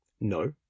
No